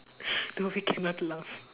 no we cannot laugh